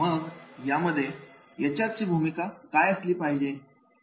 मग यामध्ये H R ची नेमकी भूमिका काय असली पाहिजे